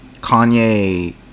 Kanye